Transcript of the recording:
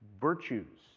virtues